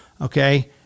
okay